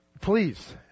Please